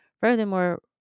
Furthermore